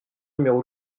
numéro